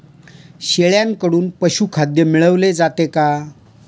शेळ्यांकडून पशुखाद्य मिळवले जाते का?